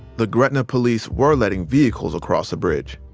the gretna police were letting vehicles across the bridge.